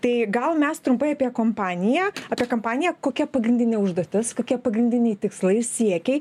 tai gal mes trumpai apie kompaniją apie kampaniją kokia pagrindinė užduotis kokie pagrindiniai tikslai siekiai